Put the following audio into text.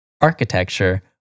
architecture